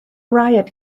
riot